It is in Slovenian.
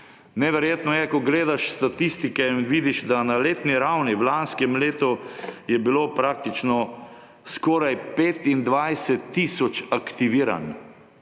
Neverjetno je, ko gledaš statistike in vidiš, da je bilo na letni ravni v lanskem letu praktično skoraj 25 tisoč aktiviranj.